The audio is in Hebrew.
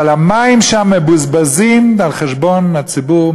אבל המים שם מבוזבזים על חשבון הציבור,